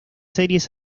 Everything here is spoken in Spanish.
series